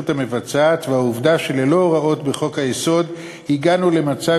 המבצעת והעובדה שללא הוראה בחוק-היסוד הגענו למצב